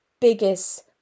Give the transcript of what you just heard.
biggest